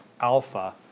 alpha